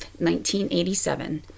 1987